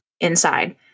inside